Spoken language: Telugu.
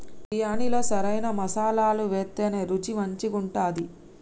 బిర్యాణిలో సరైన మసాలాలు వేత్తేనే రుచి మంచిగుంటది